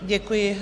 Děkuji.